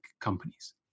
companies